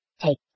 take